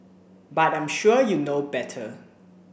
but I'm sure you know better